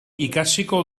ikasiko